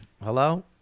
Hello